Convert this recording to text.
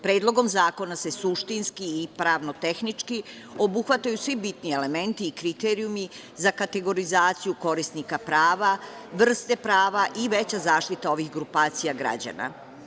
Predlogom zakona se suštinski i pravno-tehnički obuhvataju svi bitni elementi i kriterijumi za kategorizaciju korisnika prava, vrste prava i veća zaštita ovih grupacija građana.